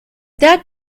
that